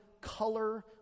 color